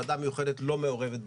ועדה מיוחדת לא מעורבת בנושא.